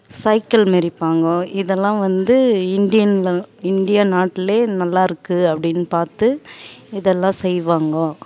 cycle மிறிப்பாங்க இதல்லாம் வந்து இண்டியனில் இண்டியா நாட்லையே நல்லாருக்கு அப்படின்னு பார்த்து இதல்லாம் செய்வாங்க